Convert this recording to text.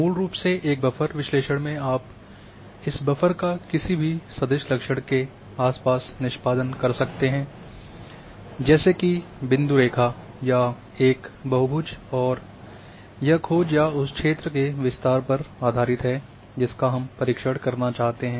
मूल रूप से एक बफर विश्लेषण में आप इस बफर का किसी भी सदिश लक्षण के आसपास निष्पादन कर सकते हैं जैसे कि बिंदु रेखा या एक बहुभुज और यह खोज या उस क्षेत्र के विस्तार पर आधारित है जिसका हम परीक्षण करना चाहते हैं